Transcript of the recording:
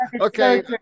okay